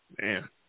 Man